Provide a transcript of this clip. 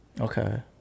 Okay